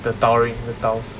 the tiling the tiles